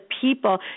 people